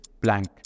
blank